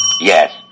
Yes